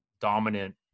dominant